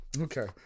Okay